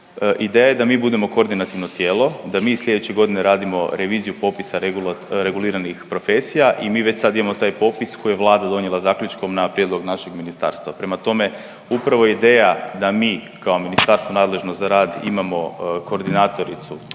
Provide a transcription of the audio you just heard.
Ideja je da mi budemo koordinativno tijelo, da mi sljedeće godine radimo reviziju popisa reguliranih profesija i mi već sad imamo taj popis koji je Vlada donijela zaključkom na prijedlog našeg ministarstva. Prema tome, upravo ideja da mi kao ministarstvo nadležno za rad imamo koordinatoricu